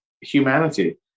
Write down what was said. humanity